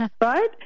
Right